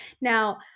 Now